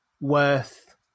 worth